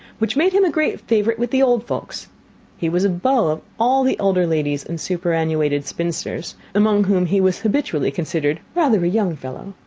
which made him a great favourite with the old folks he was a beau of all the elder ladies and superannuated spinsters, among whom he was habitually considered rather a young fellow,